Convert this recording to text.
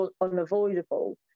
unavoidable